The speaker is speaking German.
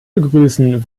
begrüßen